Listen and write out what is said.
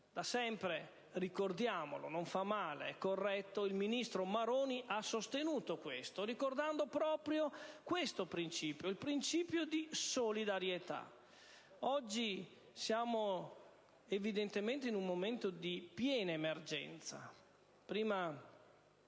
Da sempre - ricordiamolo, non fa male, è corretto - il ministro Maroni ha sostenuto questo, ricordando proprio il principio di solidarietà. Oggi ci troviamo evidentemente in un momento di piena emergenza.